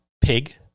Pig